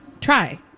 Try